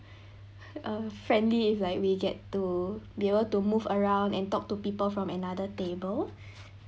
uh friendly if like we get to be able to move around and talk to people from another table